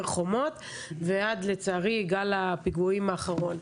חומות ועד לצערי גל הפיגועים האחרון.